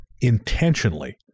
intentionally